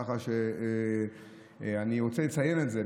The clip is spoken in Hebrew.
כך שאני רוצה לציין את זה.